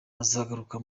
azagaruka